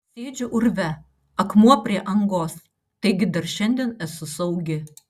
sėdžiu urve akmuo prie angos taigi dar šiandien esu saugi